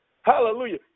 Hallelujah